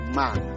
man